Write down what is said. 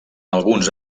alguns